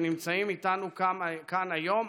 שנמצאים איתנו כאן היום,